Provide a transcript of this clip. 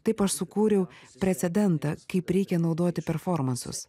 taip aš sukūriau precedentą kaip reikia naudoti performansus